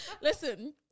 Listen